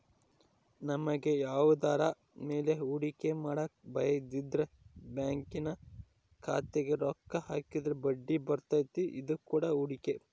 ನಮಗೆ ಯಾವುದರ ಮೇಲೆ ಹೂಡಿಕೆ ಮಾಡಕ ಭಯಯಿದ್ರ ಬ್ಯಾಂಕಿನ ಖಾತೆಗೆ ರೊಕ್ಕ ಹಾಕಿದ್ರ ಬಡ್ಡಿಬರ್ತತೆ, ಇದು ಕೂಡ ಹೂಡಿಕೆ